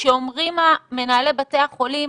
כשאומרים מנהלי בתי החולים